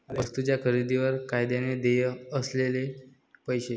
वस्तूंच्या खरेदीवर कायद्याने देय असलेले पैसे